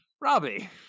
Robbie